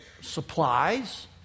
supplies